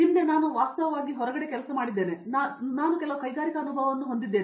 ಹಿಂದೆ ನಾನು ವಾಸ್ತವವಾಗಿ ಹೊರಗೆ ಕೆಲಸ ಮಾಡಿದ್ದೇನೆ ಆದ್ದರಿಂದ ನಾನು ಕೆಲವು ಕೈಗಾರಿಕಾ ಅನುಭವವನ್ನು ಹೊಂದಿದ್ದೇನೆ